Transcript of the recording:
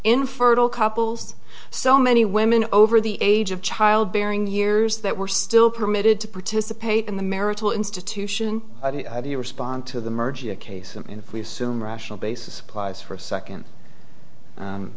infertile couples so many women over the age of childbearing years that were still permitted to participate in the marital institution do you respond to the merger case and if we assume rational basis applies for a second